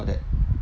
that